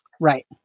Right